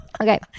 okay